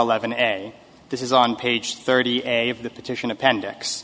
eleven essay this is on page thirty eight of the petition appendix